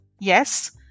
Yes